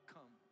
Come